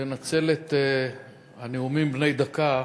לנצל את הנאומים בני דקה